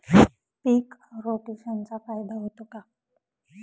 पीक रोटेशनचा फायदा होतो का?